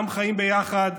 גם חיים ביחד,